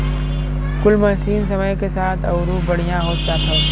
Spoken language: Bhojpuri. कुल मसीन समय के साथ अउरो बढ़िया होत जात हौ